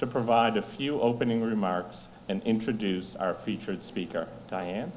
to provide a few opening remarks and introduce our featured speaker diane